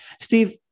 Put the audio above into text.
Steve